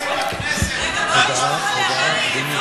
בואו ונשפוך עליה מים, לא?